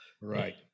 Right